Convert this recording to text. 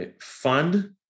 fund